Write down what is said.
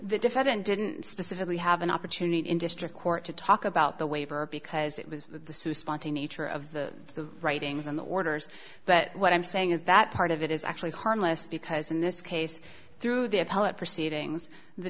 the defendant didn't specifically have an opportunity in district court to talk about the waiver because it was the su sponte nature of the writings and the orders but what i'm saying is that part of it is actually harmless because in this case through the appellate proceedings the